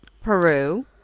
Peru